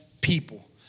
people